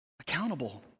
accountable